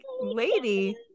lady